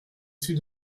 suis